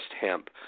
hemp